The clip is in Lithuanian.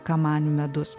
kamanių medus